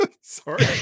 sorry